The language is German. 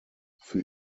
für